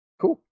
Cool